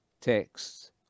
texts